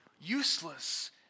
Useless